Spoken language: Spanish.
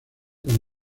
con